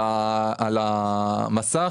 על המסך,